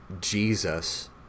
Jesus